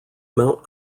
mount